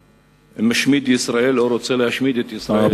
משמיד ישראל או רוצה להשמיד את ישראל,